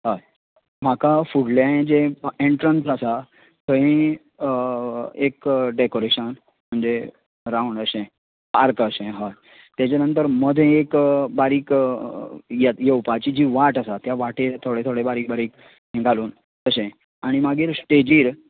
हय म्हाका फुडल्यान जें एन्ट्रन्स आसा थंय एक डेकाॅरेशन म्हणजें रावंड अशें आर्क अशें होय तेजे नंतर मदें एक बारीक येत येवपाची जी वाट आसा त्या वाटेर थोडे थोडे बारीक बारीक घालून अशें आनी मागीर स्टेजीर